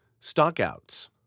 Stockouts